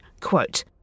Quote